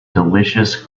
delicious